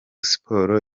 sports